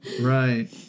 Right